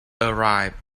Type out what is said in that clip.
arrived